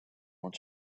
want